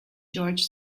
george